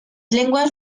lenguas